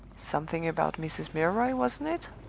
something about mrs. milroy, wasn't it?